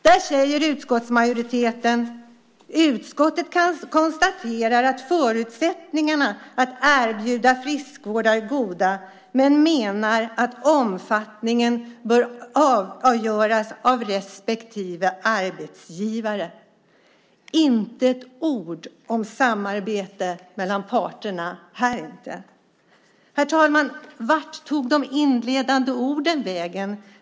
Där säger utskottsmajoriteten: Utskottet konstaterar att förutsättningarna att erbjuda friskvård är goda men menar att omfattningen bör avgöras av respektive arbetsgivare. Inte ett ord om samarbete mellan parterna här inte! Herr talman! Vart tog de inledande orden vägen?